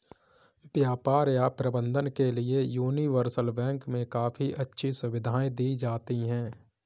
व्यापार या प्रबन्धन के लिये यूनिवर्सल बैंक मे काफी अच्छी सुविधायें दी जाती हैं